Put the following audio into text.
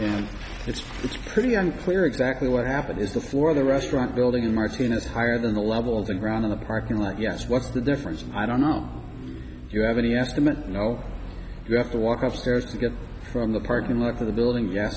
and it's it's pretty unclear exactly what happened is before the restaurant building martin of higher than the level of the ground in the parking lot yes what the difference is i don't know if you have any estimate you know you have to walk up stairs to get from the parking lot to the building yeah